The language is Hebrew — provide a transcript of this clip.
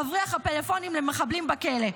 מבריח הפלאפונים למחבלים בכלא.